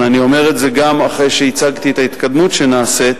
אבל אני אומר את זה גם אחרי שהצגתי את ההתקדמות שנעשית.